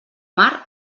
mar